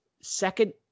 second